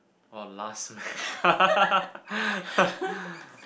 oh last meal ah